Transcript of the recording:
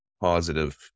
positive